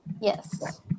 Yes